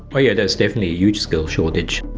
oh yeah there's definitely a huge skills shortage.